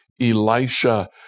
Elisha